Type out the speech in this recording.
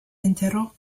enterró